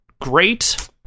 great